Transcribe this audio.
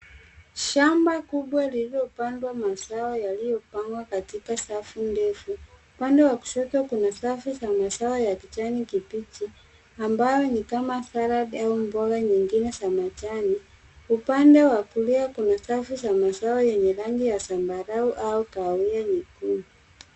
Shamba kubwa lililopandwa mazao yaliyopangwa katika safu ndefu. Upande wa kushoto kuna safu za mazao ya kijani kibichi ambayo ni kama salad au mboga nyingine za majani. Upande wa kulia kuna safu za mazao yenye rangi ya zambarau au kahawia-nyekundu.